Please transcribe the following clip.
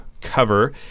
cover